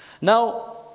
Now